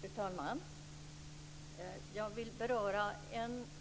Fru talman! Jag vill beröra